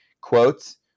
Quotes